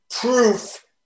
proof